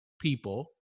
people